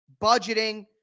budgeting